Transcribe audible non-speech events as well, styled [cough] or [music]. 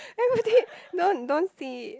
[noise] don't don't see